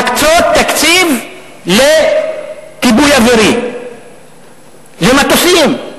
להקצות תקציב לכיבוי אווירי, למטוסים.